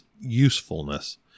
usefulness